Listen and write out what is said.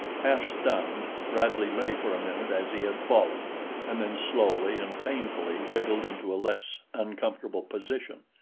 half-stunned, bradley lay for a minute as he had fallen and then slowly and painfully wriggled into a less uncomfortable position.